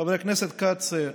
חבר הכנסת כץ,